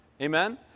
Amen